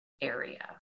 area